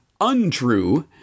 untrue